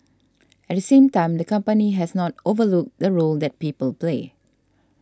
at the same time the company has not overlooked the role that people play